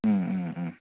ꯎꯝ ꯎꯝ ꯎꯝ